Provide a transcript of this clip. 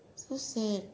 so sad